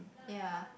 ya